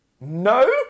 No